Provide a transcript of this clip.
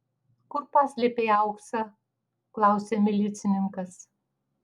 kur paslėpei auksą klausia milicininkas